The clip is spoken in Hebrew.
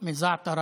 מזעתרה